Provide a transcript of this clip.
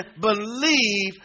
believe